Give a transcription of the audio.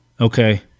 Okay